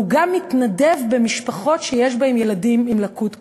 והוא גם מתנדב במשפחות שיש בהן ילדים עם לקות כפולה.